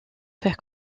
faire